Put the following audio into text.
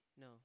no